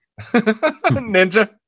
Ninja